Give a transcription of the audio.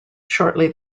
shortly